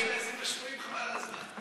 חבל על הזמן.